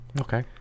Okay